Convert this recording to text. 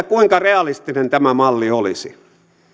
kuinka realistinen tämä malli olisi